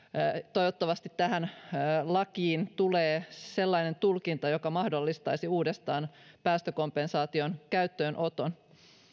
toivottavasti tähän lakiin tulee sellainen tulkinta joka mahdollistaisi uudestaan päästökompensaation käyttöönoton